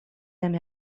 aime